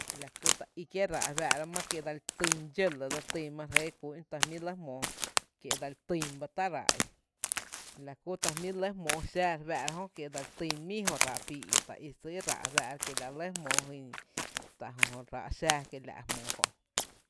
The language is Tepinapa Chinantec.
La kú ta í kié’ ráá’ re fáá’rá má kié’ dseli tyn dxó lɇ dxó lɇ mare jɇɇ kú’n ta jmí’ lɇ jmóó kié’ dsali tyn ba tá’ ráá’ i, la kú tá jmíí’ lɇ jmóó xⱥⱥ re fáá’ra, dseli tyn bá míí jö ráá’ píí i ta í sýý rá’ re fáá´’rá, kie’ la re lɇ jmoo tá’ jö ráá’ xⱥⱥ bá kiela’ jmoo kö’.